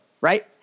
right